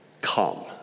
come